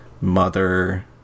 mother